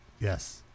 Yes